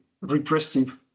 repressive